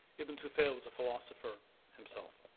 ibn tufayl was a philosopher himself.